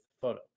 photo